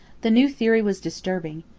the new theory was disturbing.